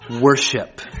worship